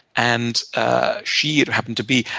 and ah she happened to be,